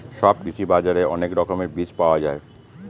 সব কৃষি বাজারে অনেক রকমের বীজ পাওয়া যায়